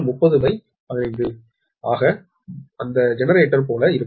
13015 ஆக அந்த ஜெனரேட்டர் போல இருக்கும்